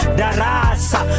darasa